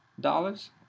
dollars